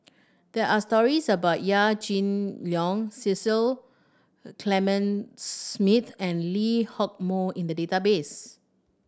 there are stories about Yaw Shin Leong Cecil Clementi Smith and Lee Hock Moh in the database